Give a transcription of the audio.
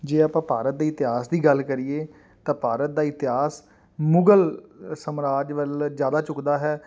ਜੇ ਆਪਾਂ ਭਾਰਤ ਦੇ ਇਤਿਹਾਸ ਦੀ ਗੱਲ ਕਰੀਏ ਤਾਂ ਭਾਰਤ ਦਾ ਇਤਿਹਾਸ ਮੁਗਲ ਸਾਮਰਾਜ ਵੱਲ ਜ਼ਿਆਦਾ ਝੁਕਦਾ ਹੈ